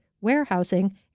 warehousing